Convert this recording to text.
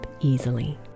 easily